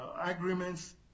agreements